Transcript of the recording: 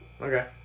Okay